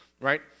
right